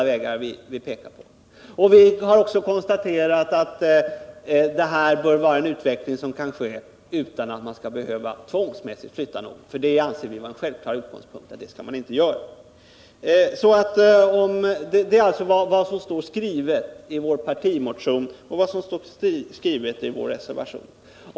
Vi har också konstaterat att det här bör vara en utveckling som kan ske utan att man skall behöva tvångsmässigt flytta någon. Det anser vi vara en självklar utgångspunkt. Detta är alltså vad som står skrivet i vår partimotion och i vår reservation.